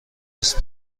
نیست